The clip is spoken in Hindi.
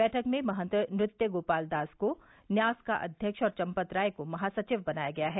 बैठक में महंत नृत्य गोपाल दास को न्यास का अध्यक्ष और चंपत राय को महासचिव बनाया गया है